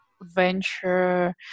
venture